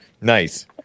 Nice